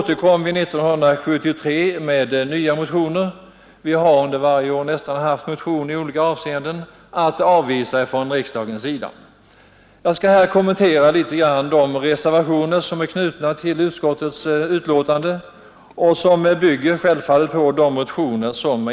Det har nästan varje år väckts motioner av de borgerliga partierna som riksdagen har avvisat. I år återkommer man med nya motioner.